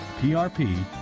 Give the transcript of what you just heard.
PRP